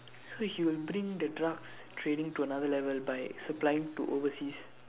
so he will bring the drugs trading to another level by supplying to overseas